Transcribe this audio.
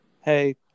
Hey